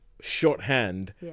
shorthand